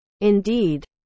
indeed